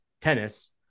tennis